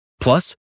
Plus